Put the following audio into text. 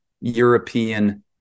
European